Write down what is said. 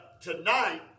tonight